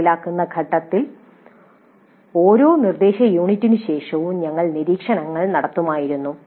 നടപ്പിലാക്കുന്ന ഘട്ടത്തിൽ ഓരോ നിർദ്ദേശയൂണിറ്റിനു ശേഷവും ഞങ്ങൾ നിരീക്ഷണങ്ങൾ നടത്തുമായിരുന്നു